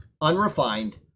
unrefined